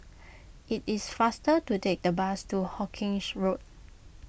it is faster to take the bus to Hawkinge Road